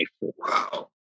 Wow